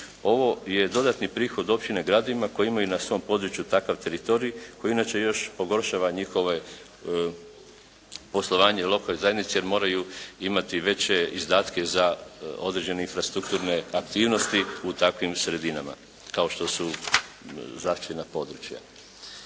Ovo je dodatni prihod općine gradovima koji imaju na svom području takav teritorij koji inače još pogoršava njihovo poslovanje u lokalnoj zajednici jer moraju imati veće izdatke za određene infrastrukturne aktivnosti u takvim sredinama kao što su zaštićena područja.